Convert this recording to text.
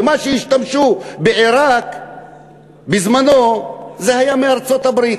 ומה שהשתמשו בעיראק בזמנה זה היה מארצות-הברית,